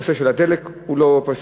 הנושא של הדלק הוא לא פשוט,